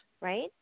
right